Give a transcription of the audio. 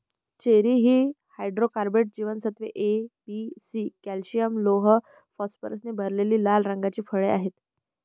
cherry ही carbohydrates, जीवनसत्त्वे A, B, C, calcium, लोह, फॉस्फरसने भरलेली लाल रंगाची फळे आहेत